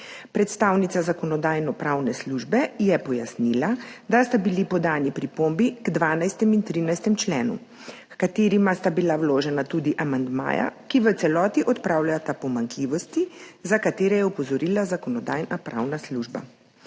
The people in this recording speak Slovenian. Predstavnica Zakonodajno-pravne službe je pojasnila, da sta bili podani pripombi k 12. in 13. členu, h katerima sta bila vložena tudi amandmaja, ki v celoti odpravljata pomanjkljivosti, na katere je opozorila Zakonodajno-pravna služba.